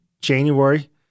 January